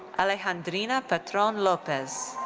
alejandrina patron lopez.